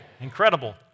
Incredible